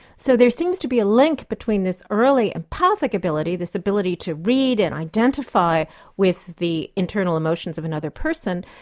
so there seems to be a link between this early empathic ability, this ability to read and identify with the internal emotions of another person,